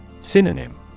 Synonym